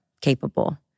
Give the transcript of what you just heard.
capable